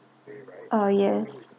oh yes